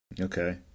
Okay